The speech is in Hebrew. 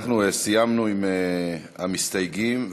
אנחנו סיימנו עם המסתייגים.